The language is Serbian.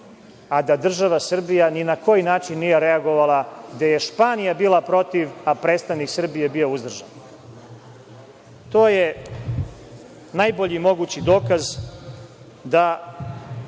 a da država Srbija ni na koji način nije reagovala, gde je Španija bila protiv, a predstavnik Srbije bio uzdržan. To je najbolji mogući dokaz da